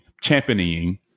championing